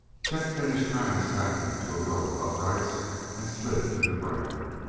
chet finished tying a sapling to a row of uprights and slid to the ground.